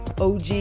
OG